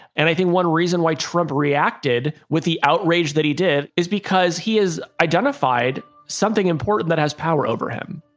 and i think one reason why trump reacted with the outrage that he did is because he has identified something important that has power over him.